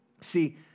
See